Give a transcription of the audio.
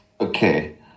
Okay